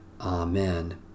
Amen